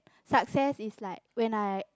success is like when I